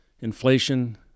Inflation